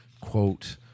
quote